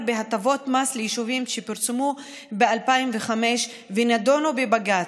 בהטבות מס ליישובים שפורסמו ב-2005 ונדונו בבג"ץ,